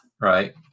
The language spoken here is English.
Right